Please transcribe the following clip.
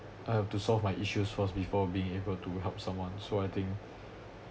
I have to solve my issues first before being able to help someone so I think